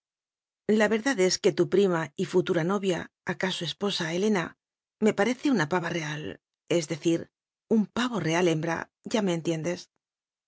verdad la verdad es que tu prima y futura no via acaso esposa helena me parece una pava real es decir un pavo real hembra ya me entiendes